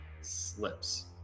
slips